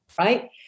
right